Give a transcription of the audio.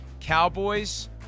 Cowboys